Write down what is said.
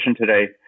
today